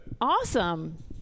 Awesome